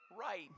right